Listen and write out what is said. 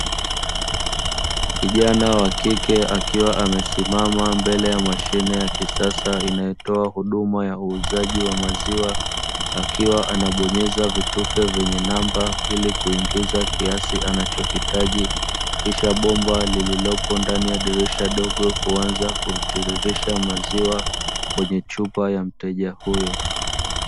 Kijana wa kike akiwa amesimama mbele ya mashine ya kisasa inayotoa huduma ya uuzaji wa maziwa, akiwa anabonyeza vitufe vyenye namba ili kuingiza kiasi anachokihitaji, kisha bomba lililopo ndani ya dirisha dogo huanza kutiririsha maziwa kwenye chupa ya mteja huyo.